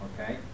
okay